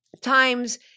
times